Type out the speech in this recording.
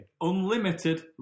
unlimited